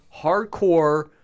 hardcore